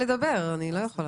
עצמך.